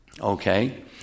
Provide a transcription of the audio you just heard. okay